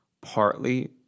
partly